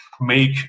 make